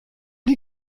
die